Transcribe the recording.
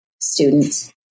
students